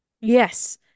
Yes